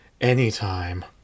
Anytime